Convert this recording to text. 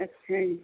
ਅੱਛਾ ਜੀ